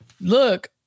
Look